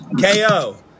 KO